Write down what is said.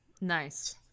Nice